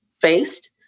faced